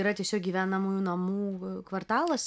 yra tiesiog gyvenamųjų namų kvartalas